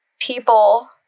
people